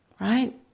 Right